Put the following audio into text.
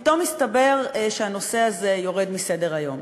פתאום מסתבר שהנושא הזה יורד מסדר-היום.